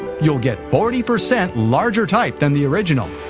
you'll get forty percent larger type than the original.